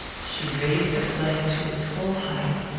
she raised the flame to its full height,